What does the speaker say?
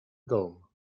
dom